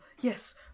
Yes